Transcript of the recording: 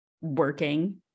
working